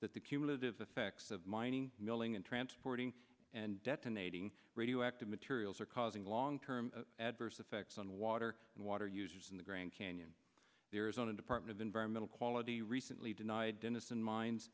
that the cumulative effects of mining milling and transporting and detonating radioactive materials are causing long term adverse effects on water and water users in the grand canyon the arizona department of environmental quality recently denied denison min